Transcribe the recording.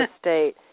State